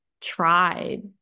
tried